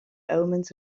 omens